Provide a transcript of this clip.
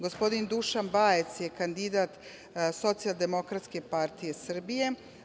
Gospodin Dušan Bajec je kandidat Socijaldemokratske partije Srbije.